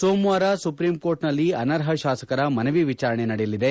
ಸೋಮವಾರ ಸುಪ್ರೀಂಕೋರ್ಟ್ನಲ್ಲಿ ಅನರ್ಹ ತಾಸಕರ ಮನವಿ ವಿಚಾರಣೆ ನಡೆಯಲಿದೆ